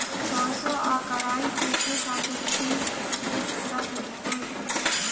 सरसों आ कराई एके साथे छींट देला से दूनो उग जाला